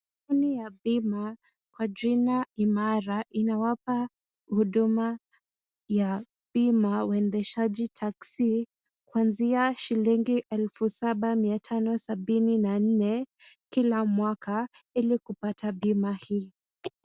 Hii ni bima kwa jina IMARA, inawapa huduma ya bima waendeshaji taxi , kuanzia shilingi 7,574 kila mwaka ili kupata bima hii.